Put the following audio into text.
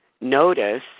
notice